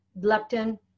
leptin